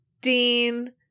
Dean